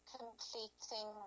completing